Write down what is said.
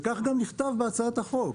וכך גם נכתב בהצעת החוק.